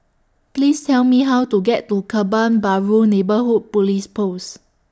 Please Tell Me How to get to Kebun Baru Neighbourhood Police Post